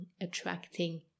attracting